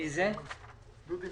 דודי